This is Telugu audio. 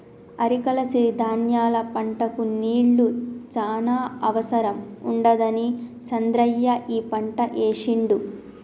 అరికల సిరి ధాన్యాల పంటకు నీళ్లు చాన అవసరం ఉండదని చంద్రయ్య ఈ పంట ఏశిండు